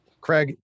Craig